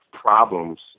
problems